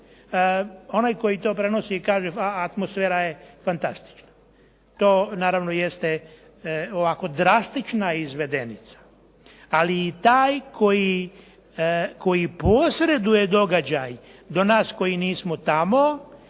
Onaj koji to prenosi kaže, a atmosfera je fantastična. To naravno jeste ovako drastična izvedenica, ali i taj koji posreduje događaj do nas koji nismo tamo,